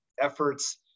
efforts